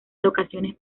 locaciones